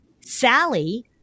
Sally